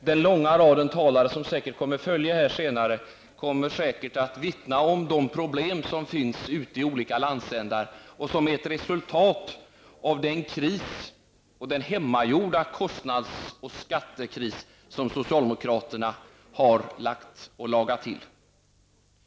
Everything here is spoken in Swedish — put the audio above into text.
Den långa raden talare som kommer att följa kommer säkert att vittna om de problem som finns ute i olika landsändar och som är ett resultat av den hemmagjorda kostnads och skattekris som socialdemokraterna har lagat till.